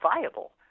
viable